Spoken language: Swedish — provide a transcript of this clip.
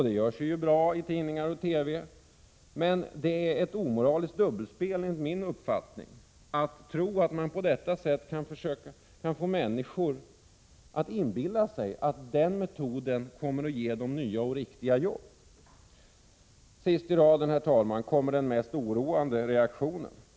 Det gör sig bra i tidningar och TV, men är det inte ett omoraliskt dubbelspel att tro att man på detta sätt kan få människor att inbilla sig att den metoden kommer att ge dem nya och riktiga jobb? Sist i raden, herr talman, kommer den mest oroande reaktionen.